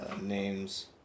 names